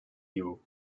you